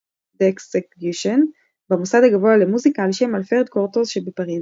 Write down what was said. d'exécution במוסד הגבוה למוזיקה ע"ש אלפרד קורטו שבפריז,